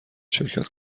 شرکت